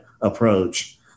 approach